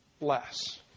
less